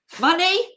money